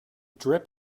drip